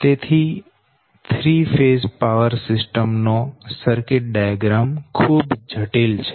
તેથી 3 phase power system નો circuit diagram ખૂબ જટિલ છે